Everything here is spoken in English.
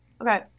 Okay